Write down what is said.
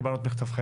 קיבלנו את מכתבכם,